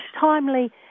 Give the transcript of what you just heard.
timely